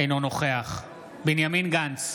אינו נוכח בנימין גנץ,